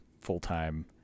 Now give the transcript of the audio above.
full-time